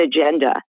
agenda